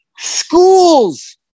schools